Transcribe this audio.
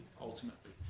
ultimately